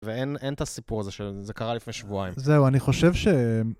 ואין, אין את הסיפור הזה שזה קרה לפני שבועיים. זהו, אני חושב ש...